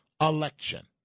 election